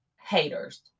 haters